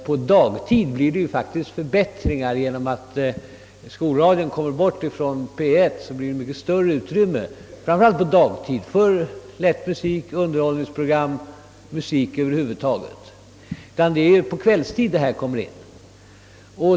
På dagtid blir det ju faktiskt förbättringar genom att skolradion flyttas från P1; det blir mycket större utrymme för lätt musik — ja, för musik över huvud taget — och för underhållningsprogram. Det är på kvällstid det uppstår problem.